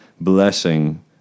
blessing